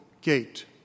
Gate